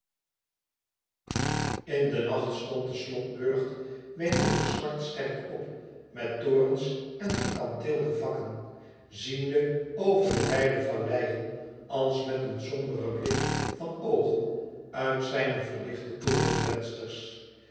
in den nacht stond de slotburcht weemoedig zwart sterk op met torens en gekanteelde vakken ziende over de wijde valleien als met een somberen blik van oogen uit zijne verlichte